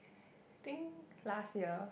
think last year